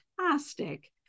fantastic